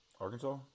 Arkansas